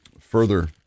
further